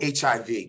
HIV